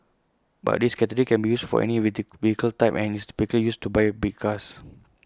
but this category can be used for any wait vehicle type and is typically used to buy big cars